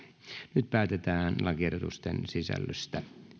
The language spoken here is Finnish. nyt päätetään lakiehdotusten sisällöstä